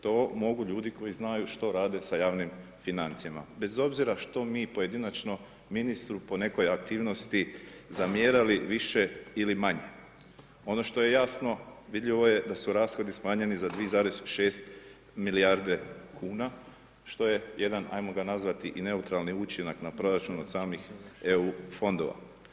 To mogu ljudi koji znaju što rade sa javnim financijama, bez obzira što mi pojedinačno ministru po nekoj aktivnosti zamjerali više ili manje, ono što je jasno vidljivo je da su rashodi smanjeni za 2,6 milijarde kuna što je jedan ajmo ga nazvati i neutralni učinak na proračun od samih EU fondova.